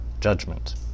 judgment